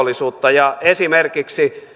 ja talousrikollisuutta esimerkiksi